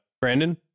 Brandon